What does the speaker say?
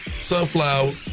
Sunflower